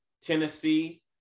Tennessee